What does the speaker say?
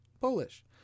Polish